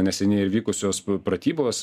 neseniai vykusios pratybos